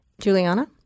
Juliana